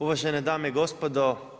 Uvažene dame i gospodo.